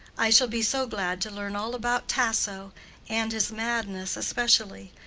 i shall be so glad to learn all about tasso and his madness especially.